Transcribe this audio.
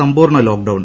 സമ്പൂർണ ലോക്ഡൌൺ